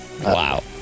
Wow